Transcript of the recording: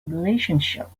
relationship